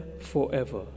forever